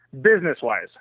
Business-wise